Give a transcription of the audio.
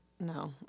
no